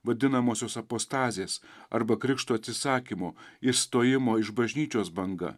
vadinamosios apostazės arba krikšto atsisakymo išstojimo iš bažnyčios banga